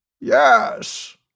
Yes